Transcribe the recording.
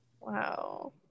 Wow